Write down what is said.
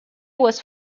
was